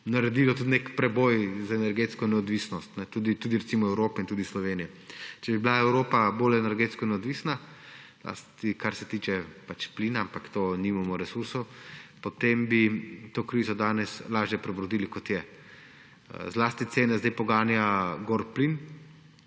naredilo tudi nek preboj za energetsko neodvisnost Evrope in tudi Slovenije. Če bi bila Evropa bolj energetsko neodvisna, kar se tiče plina, ampak tu nimamo resursov, potem bi to krizo danes lažje prebrodili. kot je. Zlasti cene zdaj poganja gor plin.